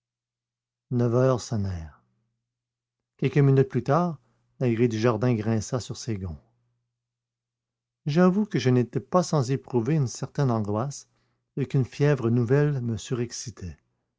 neuf heures sonnèrent quelques minutes plus tard la grille du jardin grinça sur ses gonds j'avoue que je n'étais pas sans éprouver une certaine angoisse et qu'une fièvre nouvelle me surexcitait